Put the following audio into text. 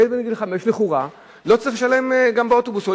ילד בגיל חמש, לכאורה, לא צריך לשלם גם באוטובוס.